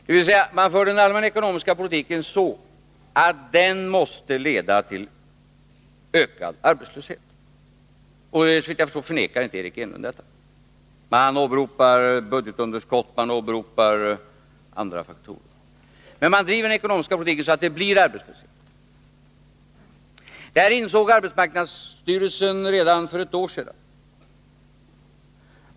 Det innebär att den allmänna ekonomiska politiken förs så, att den måste leda till ökad arbetslöshet. Såvitt jag förstår förnekar inte Eric Enlund detta. Man åberopar budgetunderskott och andra faktorer, men man driver den ekonomiska politiken så, att det blir arbetslöshet. Detta insåg arbetsmarknadsstyrelsen redan för ett år sedan.